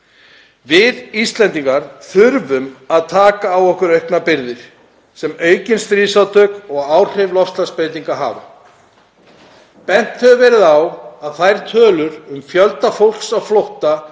Við Íslendingar þurfum að taka á okkur auknar byrðar vegna aukinna stríðsátaka og áhrifa loftslagsbreytinga. Bent hefur verið á að þær tölur um fjölda fólks á flótta